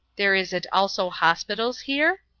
there is it also hospitals here?